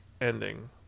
ending